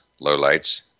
lowlights